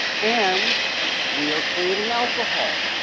and we are creating alcohol.